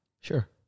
Sure